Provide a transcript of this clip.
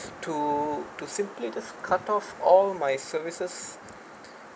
to to simply just cut off all my services